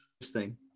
Interesting